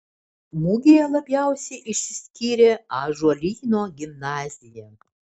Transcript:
mugėje labiausiai išsiskyrė ąžuolyno gimnazija